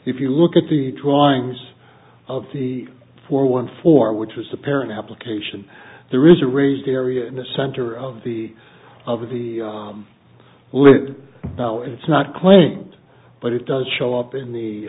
if you look at the drawings of the four one four which is the parent application there is a raised area in the center of the of the lid now it's not claimed but it does show up in the